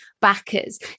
backers